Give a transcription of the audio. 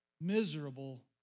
miserable